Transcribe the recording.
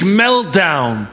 meltdown